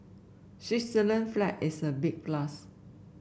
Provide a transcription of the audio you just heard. Switzerland flag is a big plus